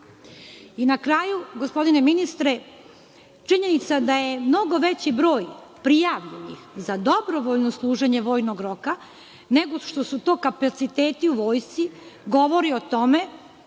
kraju, gospodine ministre, činjenica da je mnogo veći broj prijavljenih za dobrovoljno služenje vojnog roka nego što su to kapaciteti u vojsci, govori o tome